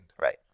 right